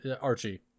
Archie